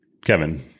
Kevin